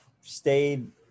stayed